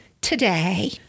today